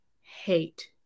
Hate